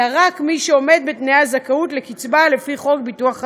אלא רק מי שעומד בתנאי הזכאות לקצבה לפי חוק הביטוח הלאומי.